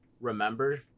remember